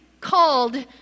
called